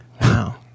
Wow